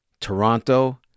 Toronto